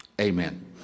amen